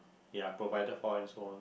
ya provided for and so on